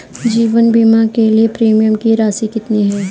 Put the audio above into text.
जीवन बीमा के लिए प्रीमियम की राशि कितनी है?